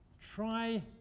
try